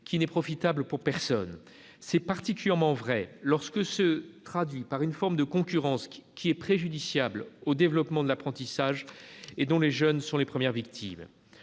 qui n'est profitable pour personne. C'est particulièrement vrai lorsqu'elle se traduit par une forme de concurrence qui est préjudiciable au développement de l'apprentissage et dont les jeunes sont les premières victimes.